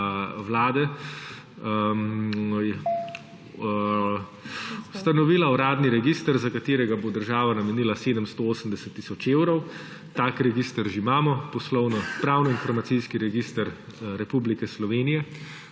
Vlade ustanovila uradni register, za katerega bo država namenila 780 tisoč evrov. Tak register že imamo poslovno pravno-informacijski register Republike Slovenije,